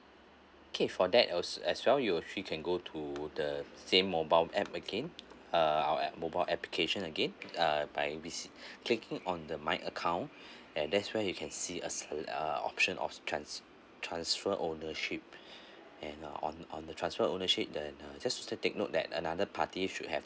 okay for that as well you actually can go to the same mobile app again uh our mobile application again ah by visit clicking on the my account and there's where you can see a select uh option of trans~ transfer ownership and uh on on the transfer ownership then uh just to take note that another party should have